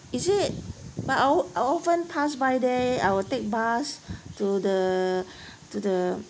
is it but I I often pass by there I will take bus to the to the